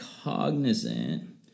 cognizant